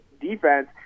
defense